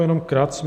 Jenom krátce.